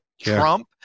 Trump